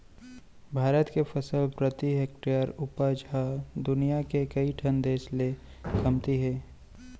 भारत के फसल प्रति हेक्टेयर उपज ह दुनियां के कइ ठन देस ले कमती हे